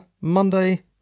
Monday